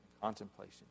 contemplation